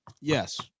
Yes